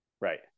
Right